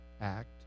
act